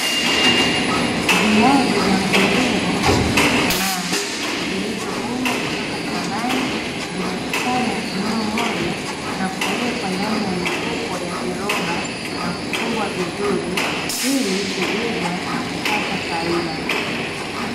Viazi vya mviringo vilivyokomaa vilivyovunwa kutoka shambani, vimekusanywa eneo moja na kuwekwa ndani ya mifuko ya viroba na kufungwa vizuri, ili kuuzwa na kupata faida.